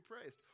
praised